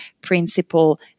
principle